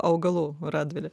augalų radvilė